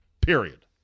period